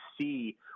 see